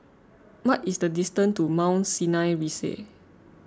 what is the distance to Mount Sinai Rise